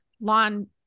lawn